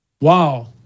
Wow